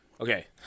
Okay